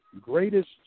greatest